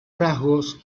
rasgos